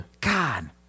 God